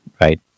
right